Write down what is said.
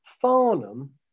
Farnham